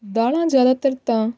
ਦਾਲਾਂ ਜ਼ਿਆਦਾਤਰ ਤਾਂ